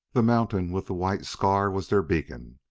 the mountain with the white scar was their beacon.